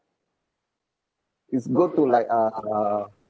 it's good to like uh uh